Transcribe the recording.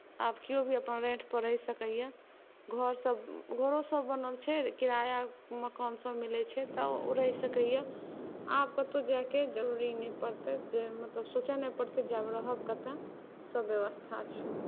आब किओ भी अपन रेन्टपर रहि सकैए घरसब घरोसब बनल छै किराया मकानसब मिलै छै तऽ ओ रहि सकैए आब कतहु जाइके जरूरी नहि पड़तै जे मतलब सोचऽ नहि पड़तै जे आब रहब कतऽ सब बेबस्था छै